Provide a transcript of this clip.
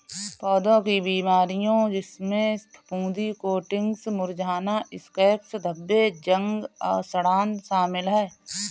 पौधों की बीमारियों जिसमें फफूंदी कोटिंग्स मुरझाना स्कैब्स धब्बे जंग और सड़ांध शामिल हैं